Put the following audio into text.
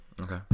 Okay